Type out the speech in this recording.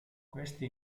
questi